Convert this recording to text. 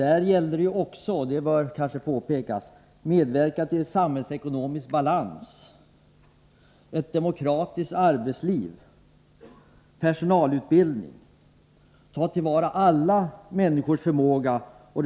Där gäller det också — det bör kanske påpekas — att medverka till samhällsekonomisk balans, ett demokratiskt arbetsliv, personalutbildning, att-ta till vara alla människors förmåga och.